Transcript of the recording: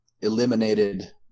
eliminated